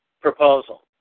proposal